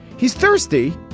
he's thirsty,